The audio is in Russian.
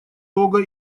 того